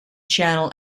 channel